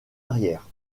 arrière